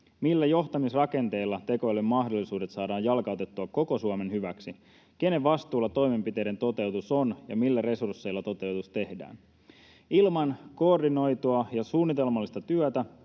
Millä johtamisrakenteella tekoälyn mahdollisuudet saadaan jalkautettua koko Suomen hyväksi? Kenen vastuulla toimenpiteiden toteutus on, ja millä resursseilla toteutus tehdään? Ilman koordinoitua ja suunnitelmallista työtä